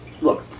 Look